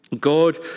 God